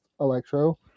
Electro